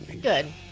Good